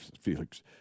Felix